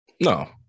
No